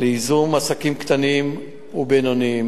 לייזום עסקים קטנים ובינוניים.